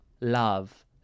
love